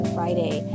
Friday